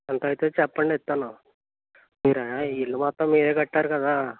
ఎంత అవుతుంది చెప్పండి ఇస్తాను మీరు అయిన ఈ ఇల్లు మొత్తం మీరే కట్టారు కదా